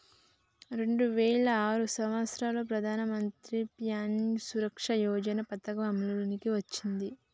రెండు వేల ఆరు సంవత్సరంలో ప్రధానమంత్రి ప్యాన్య సురక్ష యోజన పథకం అమల్లోకి వచ్చింది